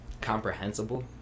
comprehensible